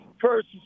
First